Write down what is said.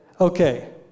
okay